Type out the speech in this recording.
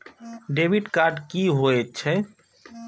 Debit card की होय छे?